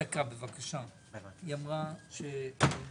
היחס הבעייתי של